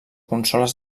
consoles